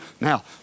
Now